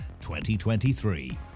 2023